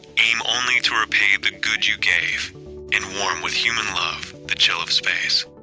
aim only to repay the good you gave and warm with human love, the chill of space.